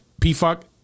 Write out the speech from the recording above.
P-Fuck